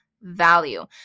value